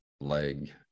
leg